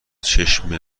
چشم